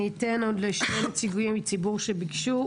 אני אתן את זכות הדיבור לעוד שני נציגי ציבור שביקשו,